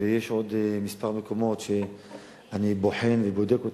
ויש עוד כמה מקומות שאני בוחן ובודק אותם,